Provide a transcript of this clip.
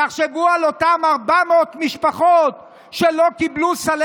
תחשבו על אותן 400 משפחות שלא קיבלו סלי